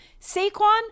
saquon